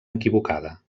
equivocada